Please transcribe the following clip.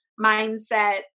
mindset